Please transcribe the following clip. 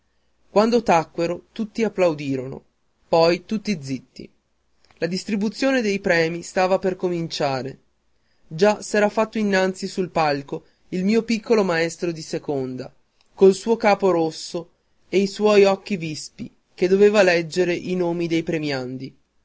chiesa quando tacquero tutti applaudirono poi tutti zitti la distribuzione dei premi stava per cominciare già s'era fatto innanzi sul palco il mio piccolo maestro di seconda col suo capo rosso e i suoi occhi vispi che doveva leggere i nomi dei premiati